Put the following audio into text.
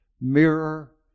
mirror